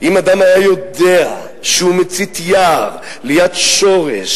אם אדם היה יודע שהוא מצית יער ליד שורש